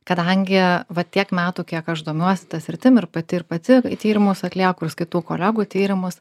kadangi va tiek metų kiek aš domiuosi ta sritim ir pati ir pati tyrimus atlieku ir skaitau kolegų tyrimus